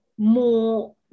more